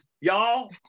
y'all